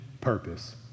purpose